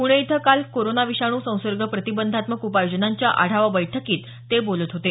पुणे इथं काल कोरोना विषाणू संसर्ग प्रतिबंधात्म उपाययोजनांच्या आढावा बैठकीत ते बोलत होते